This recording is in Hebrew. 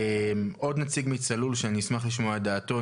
עוד נציג מ"צלול" שאני אשמח לשמוע את דעתו,